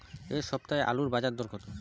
এ সপ্তাহে আলুর বাজার দর কত?